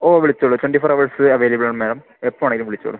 ഓ വിളിച്ചോളൂ twenty four hours അവൈലബിളാ ma'am എപ്പോൾ വേണേലും വിളിച്ചോളൂ